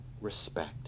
respect